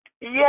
Yes